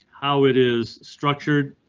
how it is structured?